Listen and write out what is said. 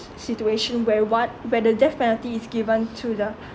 situation where what where the death penalty is given to the